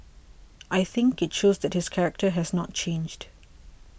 I think it shows that his character has not changed